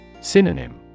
Synonym